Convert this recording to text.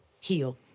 heal